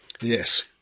Yes